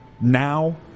now